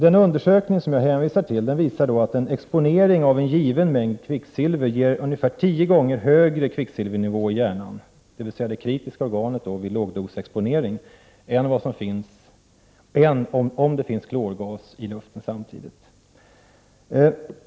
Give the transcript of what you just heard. Den undersökning jag hänvisar till visar att en exponering av en given mängd kvicksilver ger ungefär tio gånger högre kvicksilvernivå i hjärnan, dvs. i det kritiska organet vid lågdosexponering, än om det samtidigt finns klorgas i luften.